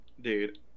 dude